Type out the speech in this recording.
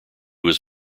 was